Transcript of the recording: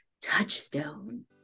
Touchstone